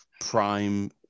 prime